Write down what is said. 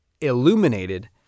illuminated